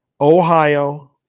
Ohio